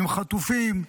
עם חטופים,